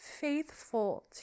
faithful